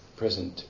present